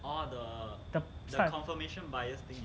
the start with